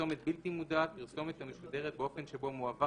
פרסומת בלתי מודעת פרסומת המשודרת באופן שבו מועבר